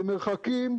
במרחקים,